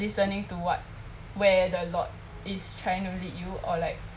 listening to what where the lord is trying to lead you or like